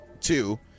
Two